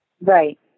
Right